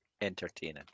entertaining